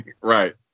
Right